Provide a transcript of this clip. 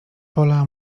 pola